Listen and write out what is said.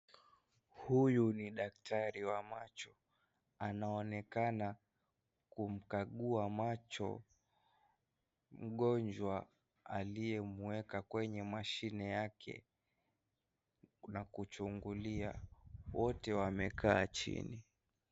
Huyu ni daktari wa macho, anaonekana kumkagua macho mgonjwa aliyemweka kwenye mashine yake na kuchungulia, wote wamekaa chini.